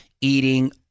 eating